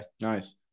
Nice